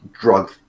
drug